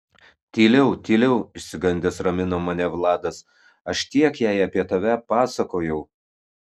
tyliau tyliau išsigandęs ramino mane vladas aš tiek jai apie tave pasakojau